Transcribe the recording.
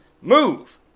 Move